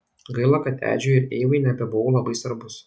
gaila kad edžiui ir eivai nebebuvau labai svarbus